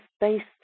based